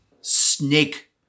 snake